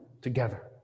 together